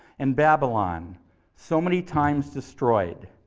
and babylon so many times destroyed.